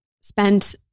spent